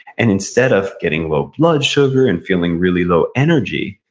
and instead of getting low blood sugar, and feeling really low energy,